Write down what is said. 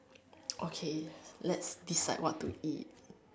okay let's decide what to eat